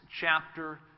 chapter